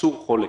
העצור חולה.